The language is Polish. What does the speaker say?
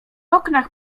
oknach